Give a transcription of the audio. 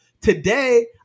today